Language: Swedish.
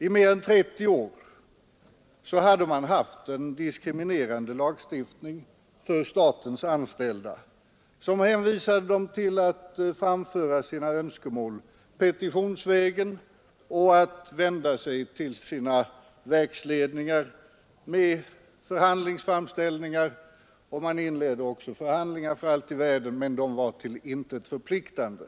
I nära 30 år hade man haft en diskriminerande lagstiftning för statens anställda, som hänvisade dem till att framföra sina önskemål petitionsvägen och att vända sig till sina verksledningar med förhandlingsframställningar. Man inledde också förhandlingar, för allt i världen, men de var till intet förpliktande.